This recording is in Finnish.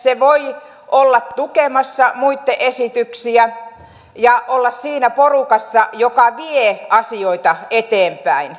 se voi olla tukemassa muitten esityksiä ja olla siinä porukassa joka vie asioita eteenpäin